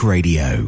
Radio